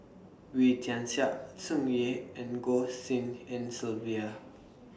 Wee Tian Siak Tsung Yeh and Goh Tshin En Sylvia